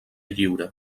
lliure